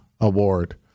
award